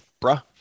bruh